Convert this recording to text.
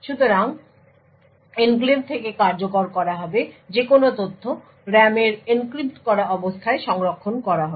সুতরাং ছিটমহল থেকে কার্যকর করা হবে যেকোন তথ্য RAM এর এনক্রিপ্ট করা অবস্থায় সংরক্ষণ করা হবে